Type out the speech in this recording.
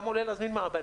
כמה עולה להזמין מעבדה.